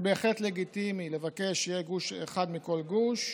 זה בהחלט לגיטימי לבקש שיהיה נציג אחד מכל גוש.